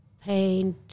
paint